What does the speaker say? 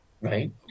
Right